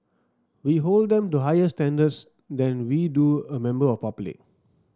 we hold them to higher standards than we do a member of public